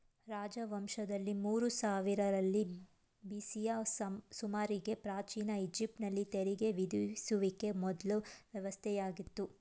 ರಾಜವಂಶದಲ್ಲಿ ಮೂರು ಸಾವಿರರಲ್ಲಿ ಬಿ.ಸಿಯ ಸುಮಾರಿಗೆ ಪ್ರಾಚೀನ ಈಜಿಪ್ಟ್ ನಲ್ಲಿ ತೆರಿಗೆ ವಿಧಿಸುವಿಕೆ ಮೊದ್ಲ ವ್ಯವಸ್ಥೆಯಾಗಿತ್ತು